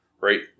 right